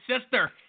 sister